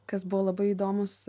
kas buvo labai įdomus